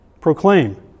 proclaim